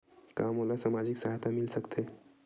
का मोला सामाजिक सहायता मिल सकथे?